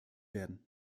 werden